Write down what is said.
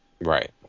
Right